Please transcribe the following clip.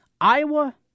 Iowa